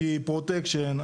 כי פרוטקשן,